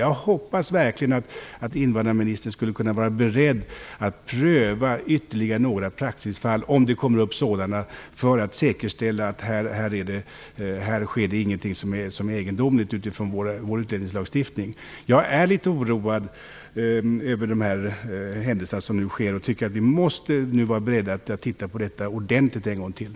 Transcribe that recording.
Jag hoppas att invandrarministern är beredd att pröva ytterligare några praxisfall, om det kommer upp sådana, för att säkerställa att det inte sker något som är egendomligt utifrån vår utlänningslagstiftning. Jag är litet oroad över de händelser som nu inträffat. Vi måste nu vara beredda att en gång till titta ordentligt på detta.